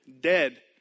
dead